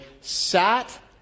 sat